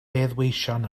heddweision